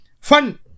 Fun